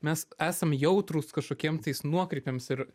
mes esam jautrūs kažkokiem tais nuokrypiams ir